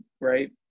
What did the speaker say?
right